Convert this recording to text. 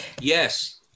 Yes